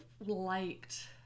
liked